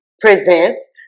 presents